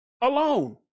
alone